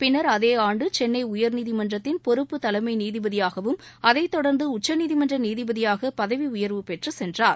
பிள்ளர் அதே ஆண்டு சென்னை உயர்நீதிமன்றத்தின் பொறுப்பு தலைமை நீதிபதியாகவும் அதைத் தொர்ந்து உச்சநீதிமன்ற நீதிபதியாக பதவி உயர்வு பெற்றுச் சென்றார்